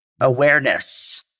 awareness